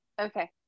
Okay